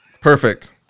Perfect